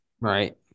Right